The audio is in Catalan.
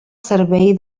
servei